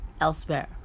elsewhere